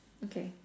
okay